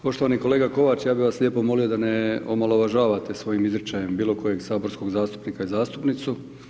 Poštovani kolega Kovač, ja bih vas lijepo molio da ne omalovažavate svojim izričajem bilo kojeg saborskog zastupnika i zastupnicu.